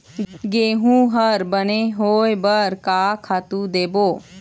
गेहूं हर बने होय बर का खातू देबो?